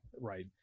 right